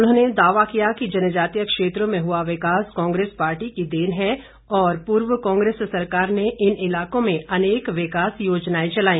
उन्होंने दावा किया कि जनजातीय क्षेत्रों में हुआ विकास कांग्रेस पार्टी की देन है और पूर्व कांग्रेस सरकार ने इन इलाकों में अनेक विकास योजनाएं चलाई